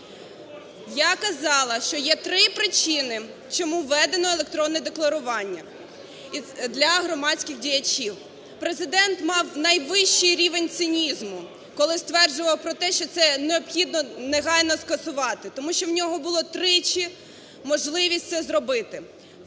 Я казала, що є три причини, чому введено електронне декларування для громадських діячів. Президент мав найвищий рівень цинізму, коли стверджував про те, що це необхідно негайно скасувати. Тому що у нього було тричі можливість це зробити.